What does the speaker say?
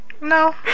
No